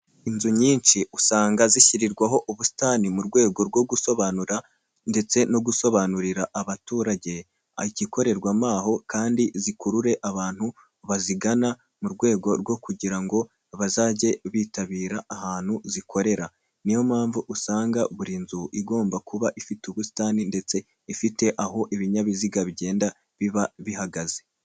Inzu nyinshi usanga zishyirirwaho ubusitani mu rwego rwo gusobanura ndetse no gusobanurira abaturage igikorerwamo aho kandi zikurure abantu bazigana mu rwego rwo kugira ngo bazajye bitabira ahantu zikorera, ni yo mpamvu usanga buri nzu igomba kuba ifite ubusitani ndetse ifite aho ibinyabiziga bigenda biba bihagaze.